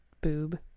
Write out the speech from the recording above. boob